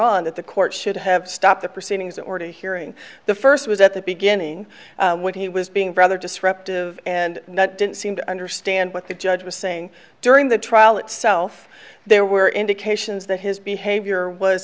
that the court should have stopped the proceedings already hearing the first was at the beginning when he was being rather disruptive and didn't seem to understand what the judge was saying during the trial itself there were indications that his behavior was